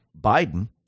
Biden